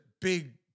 big